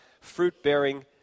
fruit-bearing